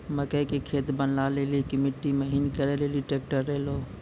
मकई के खेत बनवा ले ली मिट्टी महीन करे ले ली ट्रैक्टर ऐलो?